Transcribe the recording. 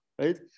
right